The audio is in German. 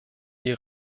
die